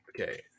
Okay